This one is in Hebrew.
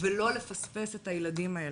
ולא לפספס את הילדים האלה.